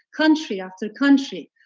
country after country,